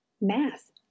Math